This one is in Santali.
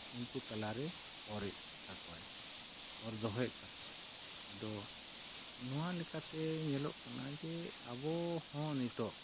ᱩᱱᱠᱩ ᱛᱟᱞᱞᱟᱨᱮ ᱚᱨᱮᱫ ᱛᱟᱠᱚᱣᱟᱭ ᱚᱨ ᱫᱚᱦᱚᱭᱮᱫ ᱛᱟᱠᱚᱣᱟᱭ ᱟᱫᱚ ᱱᱚᱣᱟ ᱞᱮᱠᱟᱛᱮ ᱧᱮᱞᱚᱜ ᱠᱟᱱᱟ ᱡᱮ ᱟᱵᱚᱦᱚᱸ ᱱᱤᱛᱳᱜ